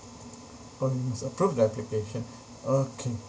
oh you must approve the application okay